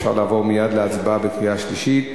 אפשר לעבור מייד להצבעה בקריאה שלישית.